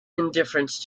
indifference